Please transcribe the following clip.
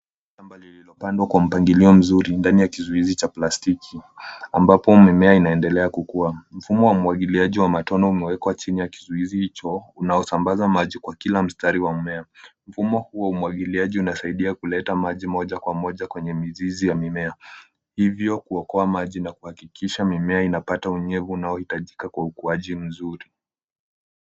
Shamba lililopandwa kwa mpangilio mzuri ndani ya kizuizi cha plastiki ambapo mimea inaendelea kukua. Mfumo wa umwagiliaji wa matone umewekwa chini ya kizuizi hicho unaosambaza maji kwa kila mstari wa mmea. Mfumo huu wa umwagiliaji unasaidia kuleta maji moja kwa moja kwenye mizizi ya mimea hivyo kuokoa maji na kuhakikisha mimea inapata unyevu unaosaidi kwa ukuaji mvizuri.